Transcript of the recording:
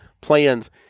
plans